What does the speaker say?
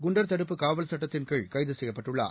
குண்டர் தடுப்பு காவல் சுட்டத்தின்கீழ் கைதுசெய்யப்பட்டுள்ளார்